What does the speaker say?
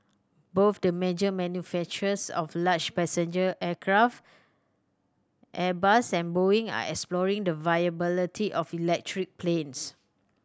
both the major manufacturers of large passenger aircraft Airbus and Boeing are exploring the viability of electric planes